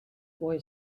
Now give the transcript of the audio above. boy